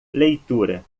leitura